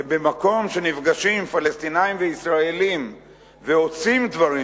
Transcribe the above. ובמקום שנפגשים פלסטינים וישראלים ועושים דברים